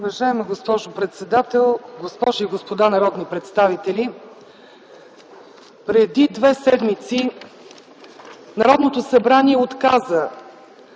Уважаема госпожо председател, госпожи и господа народни представители! Преди две седмици Народното събрание отказа